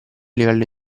livello